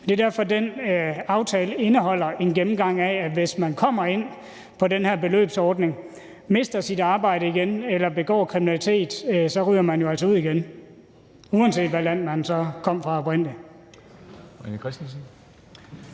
Det er jo derfor, at den aftale indeholder en gennemgang, i forhold til at hvis man kommer ind på den her beløbsordning og mister sit arbejde eller begår kriminalitet, så ryger man altså ud igen, uanset hvilket land man så kom fra oprindelig.